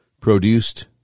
produced